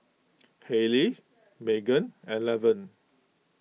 Halley Meaghan and Lavern